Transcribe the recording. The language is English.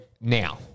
now